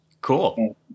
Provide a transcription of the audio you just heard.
Cool